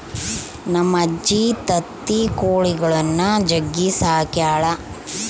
ನಮ್ಮಜ್ಜಿ ತತ್ತಿ ಕೊಳಿಗುಳ್ನ ಜಗ್ಗಿ ಸಾಕ್ಯಳ